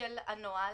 של הנוהל